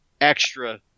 extra